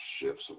shifts